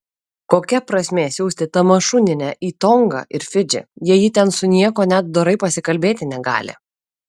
kokia prasmė siųsti tamašunienę į tongą ir fidžį jei ji ten su niekuo net dorai pasikalbėti negali